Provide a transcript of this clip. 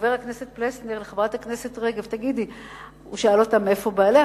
חבר הכנסת פלסנר את חברת הכנסת רגב: מאיפה בעלך?